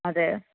അതേ